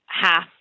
half